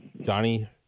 Johnny